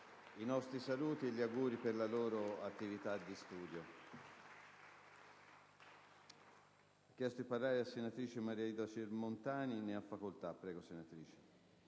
i nostri saluti e gli auguri per la loro attività di studio.